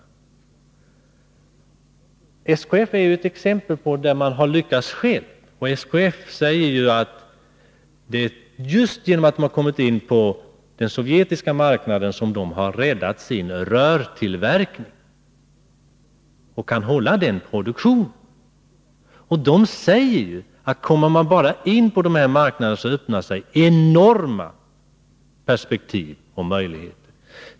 SKF är ett exempel på ett företag som har lyckats göra det självt. SKF säger att det är just genom att man har kommit in på den sovjetiska marknaden som man har räddat sin rörtillverkning och kan hålla produktionen uppe. SKF konstaterar också att om man bara kommer in på dessa marknader, öppnar sig enorma perspektiv och möjligheter.